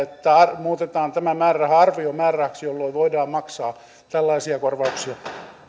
että muutetaan tämä määräraha arviomäärärahaksi jolloin voidaan maksaa tällaisia korvauksia